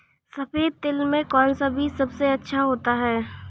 सफेद तिल में कौन सा बीज सबसे अच्छा होता है?